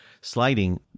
sliding